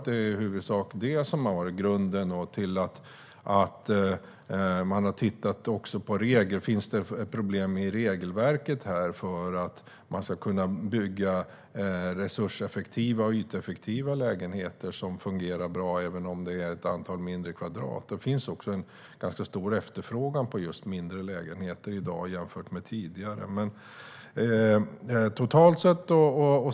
Det är i huvudsak det som är grunden till att man har tittat på om det finns problem i regelverket för att man ska kunna bygga resurseffektiva och yteffektiva lägenheter som fungerar bra, även om det är ett antal mindre kvadrat. Det finns också en ganska stor efterfrågan på mindre lägenheter i dag jämfört med tidigare.